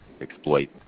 exploit